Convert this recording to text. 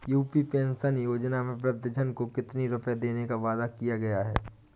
UP pension योजना में वृद्धजन को कितनी रूपये देने का वादा किया गया है?